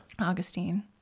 Augustine